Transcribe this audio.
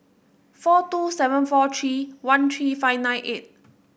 four two seven four three one three five nine eight